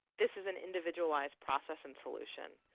this is an individualized process and solution.